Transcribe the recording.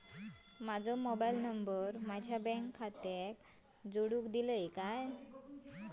माजो mobile number माझ्या bank खात्याक जोडून दितल्यात काय?